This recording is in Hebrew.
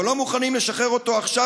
אבל לא מוכנים לשחרר אותו עכשיו,